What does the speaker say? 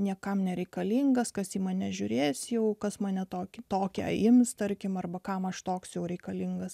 niekam nereikalingas kas į mane žiūrės į aukas mane tokį tokią ims tarkim arba kam aš toks reikalingas